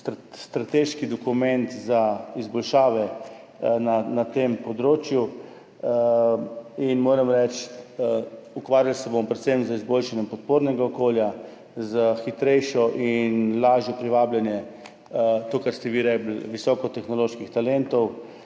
strateški dokument za izboljšave na tem področju. Moram reči, da se bomo ukvarjali predvsem z izboljšanjem podpornega okolja, s hitrejšim in lažjim privabljanjem – to, kar ste vi rekli – visokotehnoloških talentov,